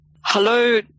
Hello